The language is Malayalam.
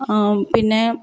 പിന്നെ